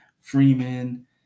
Freeman